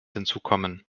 hinzukommen